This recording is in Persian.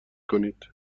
کنید